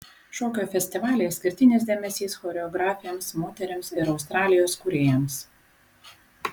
šokio festivalyje išskirtinis dėmesys choreografėms moterims ir australijos kūrėjams